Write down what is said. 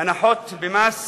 הנחות במס